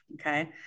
okay